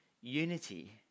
unity